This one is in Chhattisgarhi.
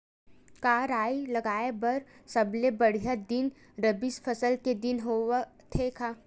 का राई लगाय बर सबले बढ़िया दिन रबी फसल के दिन होथे का?